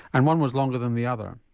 and one was longer than the other?